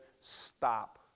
stop